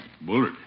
Bullard